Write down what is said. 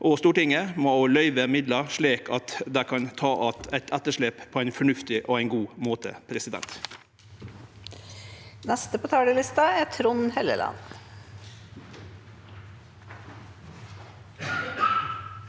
Stortinget med å løyve midlar slik at dei kan ta att etterslep på ein fornuftig og god måte. Trond